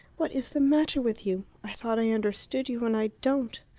what is the matter with you? i thought i understood you, and i don't.